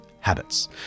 Habits